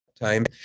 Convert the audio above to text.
time